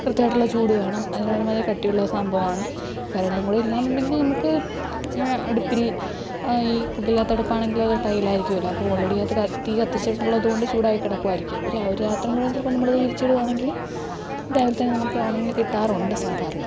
കൃത്യമായിട്ടുള്ള ചൂട് വേണം അതിനൊന്നാമത് കട്ടിയുള്ള സംഭവമാണ് കരണ്ടും കൂടി ഇല്ല എന്നുണ്ടെങ്കിൽ നമുക്ക് അടുപ്പിൽ ഈ പുകയില്ലാത്ത അടുപ്പാണെങ്കിൽ അത് ടൈലായിരിക്കുമല്ലോ അപ്പോൾ ഓൾറെഡി അത് കത്ത് തീ കത്തിച്ചിട്ടുള്ളത് കൊണ്ട് ചൂടായി കിടക്കുവായിരിക്കും പക്ഷേ ആ ഒരു രാത്രി മുഴുവൻ ചിലപ്പോൾ നമ്മളത് വിരിച്ചിടുവാണെങ്കിൽ രാവിലെ തന്നെ നമുക്ക് ഉണങ്ങി കിട്ടാറുണ്ട് സാധാരണ